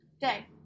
day